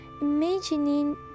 Imagining